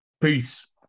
Peace